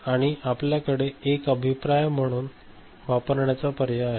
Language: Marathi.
आणि आपल्याकडे हा एक अभिप्राय म्हणून वापरण्याचा पर्याय आहे